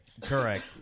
Correct